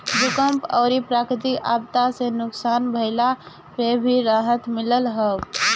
भूकंप अउरी प्राकृति आपदा से नुकसान भइला पे भी राहत मिलत हअ